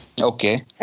Okay